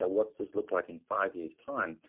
ah what's this look like in five years' time?